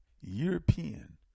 European